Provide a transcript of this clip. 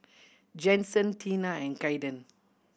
Jensen Teena and Caiden